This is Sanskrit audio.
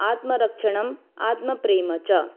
आत्मरक्षणम् आत्मप्रेम च